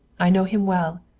i know him well.